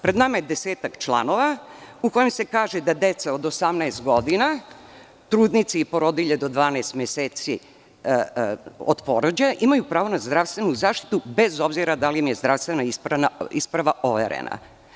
Pred nama je desetak članova u kojem se kaže da deca od 18 godina, trudnice i porodilje do 12 meseci od porođaja imaju pravo na zdravstvenu zaštitu, bez obzira da li im je zdravstvena isprava overena.